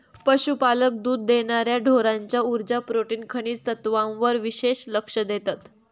पशुपालक दुध देणार्या ढोरांच्या उर्जा, प्रोटीन, खनिज तत्त्वांवर विशेष लक्ष देतत